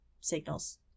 signals